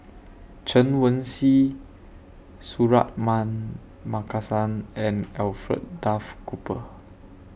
Chen Wen Hsi Suratman Markasan and Alfred Duff Cooper